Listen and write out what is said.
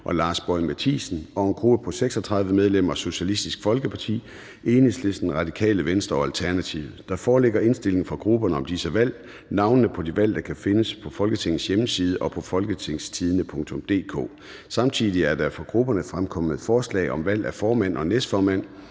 og Lars Boje Mathiesen (UFG); og en gruppe på 36 medlemmer: Socialistisk Folkeparti, Enhedslisten, Radikale Venstre og Alternativet. Der foreligger indstilling fra grupperne om disse valg. Navnene på de valgte kan findes på Folketingets hjemmeside og på www.folketingstidende.dk (jf. nedenfor). Samtidig er der fra grupperne fremkommet forslag om valg af formand og næstformand.